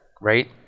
right